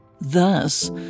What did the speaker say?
Thus